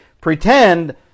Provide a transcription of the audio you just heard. pretend